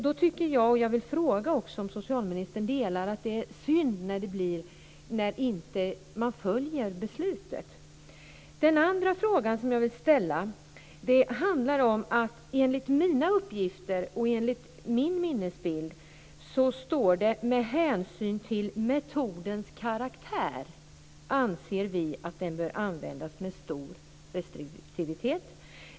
Den andra frågan jag undrar över är följande. Enligt mina uppgifter och enligt min minnesbild står det: Med hänsyn till metodens karaktär anser vi att den bör användas med stor restriktivitet.